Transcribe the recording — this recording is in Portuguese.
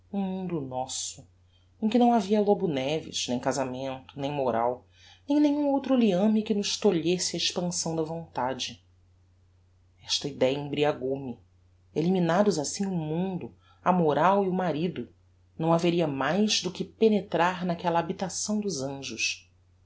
mundo nosso em que não havia lobo neves nem casamento nem moral nem nenhum outro liame que nos tolhesse a expansão da vontade esta idéa embriagou me eliminados assim o mundo a moral e o marido não haveria mais do que penetrar naquella habitação dos anjos